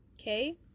okay